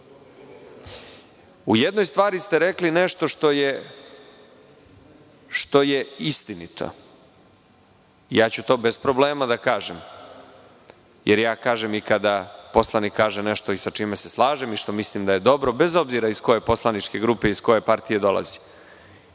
U jednoj stvari ste rekli nešto što je istinito. I ja ću to bez problema da kažem, jer ja kažem i kada poslanik kaže nešto sa čime se slažem i što mislim da je dobro, bez obzira iz koje poslaničke grupe i partije dolazi.